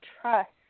trust